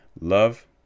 Love